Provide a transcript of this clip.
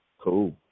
Cool